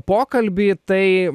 pokalbį tai